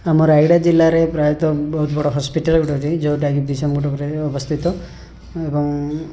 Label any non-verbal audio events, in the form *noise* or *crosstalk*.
ଆମ ରାୟଗଡ଼ା ଜିଲ୍ଲାରେ ପ୍ରାୟତଃ ବହୁତ ବଡ଼ ହସ୍ପିଟାଲ୍ *unintelligible* ଯେଉଁଟା କି ବିଷମ କଟକରେ ଅବସ୍ଥିତ ଏବଂ